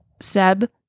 seb